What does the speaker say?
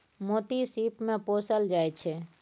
मोती सिप मे पोसल जाइ छै